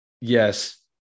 yes